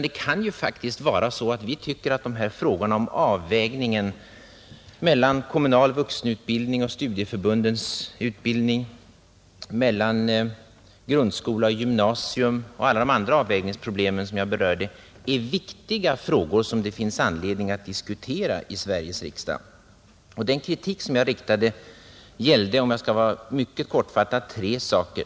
Det kan faktiskt vara så att vi tycker att dessa frågor om avvägningen mellan kommunal vuxenutbildning och studieförbundens utbildning, mellan grundskola och gymnasium och alla de andra avvägningsproblem, som jag berörde, är viktiga frågor, som det finns anledning att diskutera i Sveriges riksdag. Den kritik som jag riktade gällde, om jag skall vara mycket kortfattad, tre saker.